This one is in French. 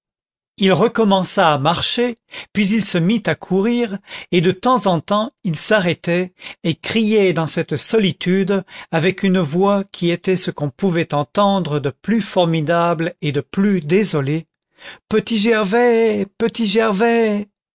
il recommença à marcher puis il se mit à courir et de temps en temps il s'arrêtait et criait dans cette solitude avec une voix qui était ce qu'on pouvait entendre de plus formidable et de plus désolé